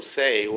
say